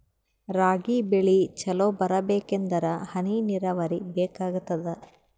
ರಾಗಿ ಬೆಳಿ ಚಲೋ ಬರಬೇಕಂದರ ಹನಿ ನೀರಾವರಿ ಬೇಕಾಗತದ?